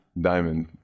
Diamond